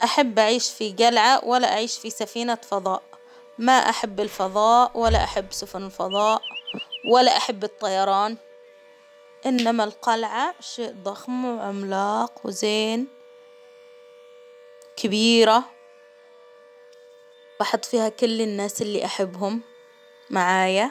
أحب أعيش في جلعة ولا أعيش في سفينة فظاء، ما أحب الفظاء ولا أحب سفن فظاء، ولا أحب الطيران، إنما القلعة شيء ضخم وعملاق وزين، كبيرة، وأحط فيها كل الناس اللي احبهم معايا.